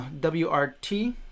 WRT